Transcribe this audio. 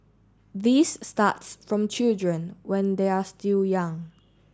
this starts from children when they are still young